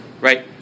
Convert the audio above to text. right